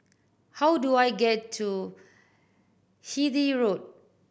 how do I get to Hythe Road